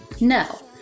No